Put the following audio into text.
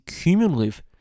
cumulative